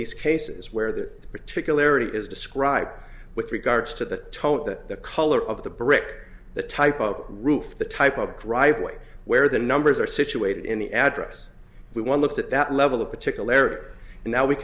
these cases where the particularity is described with regards to the tone that the color of the brick the type of roof the type of driveway where the numbers are situated in the address we want look at that level of particulary now we